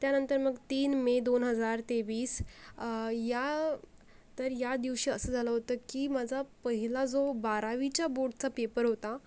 त्यानंतर मग तीन मे दोन हजार तेवीस या तर या दिवशी असं झालं होतं की माझा पहिला जो बारावीच्या बोर्डचा पेपर होता